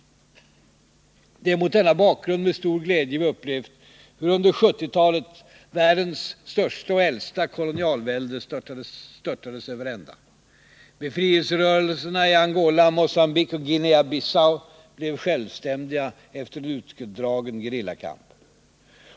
Det är mot denna bakgrund med stor glädje vi upplevt hur under 1970-talet världens största och äldsta kolonialvälde störtades över ända. Befrielserörelserna i Angola, Mogambique och Guinea-Bissau blev självständiga efter en utdragen gerillakamp.